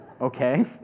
Okay